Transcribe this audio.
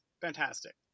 fantastic